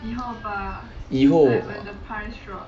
以后